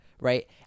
Right